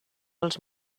els